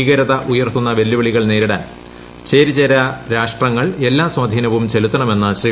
ഭീകരത ഉയർത്തുന്ന വെല്ലുവിളികൾ നേരിടാൻ ചേരിചേരാരാഷ്ട്രങ്ങൾ എല്ലാ സ്വാധീനങ്ങളും ചെലുത്തണമെന്ന് ശ്രീ